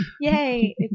Yay